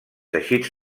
teixits